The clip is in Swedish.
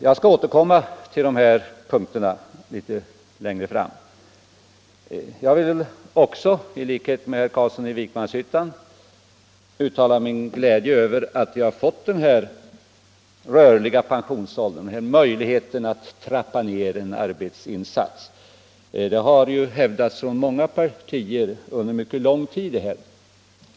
Jag skall återkomma till dessa punkter litet längre fram. Jag vill i likhet med herr Carlsson i Vikmanshyttan uttala min glädje över att vi får den här rörliga pensionsåldern, dvs. möjlighet att trappa ner en arbetsinsats. Denna fråga har drivits från många partier under mycket lång tid.